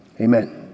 amen